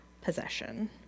possession